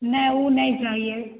नए ऊ नहीं चाहिए